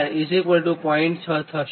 6 થશે